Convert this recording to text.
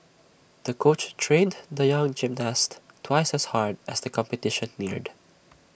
the coach trained the young gymnast twice as hard as the competition neared